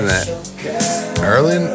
Early